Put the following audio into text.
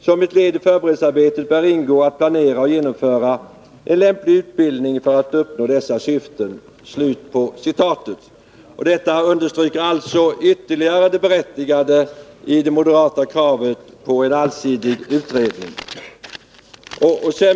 Som ett led i förberedelsearbetet bör ingå att planera och genomföra en lämplig utbildning för att uppnå dessa syften.” Detta understryker alltså ytterligare det berättigade i det moderata kravet på en allsidig utredning.